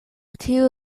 tiu